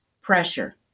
pressure